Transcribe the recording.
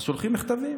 שולחים מכתבים.